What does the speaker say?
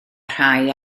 rhai